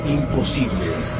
imposibles